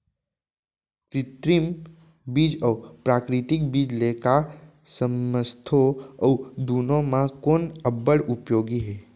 कृत्रिम बीज अऊ प्राकृतिक बीज ले का समझथो अऊ दुनो म कोन अब्बड़ उपयोगी हे?